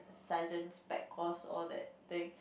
sergeant spec course all that thing